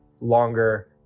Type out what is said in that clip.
longer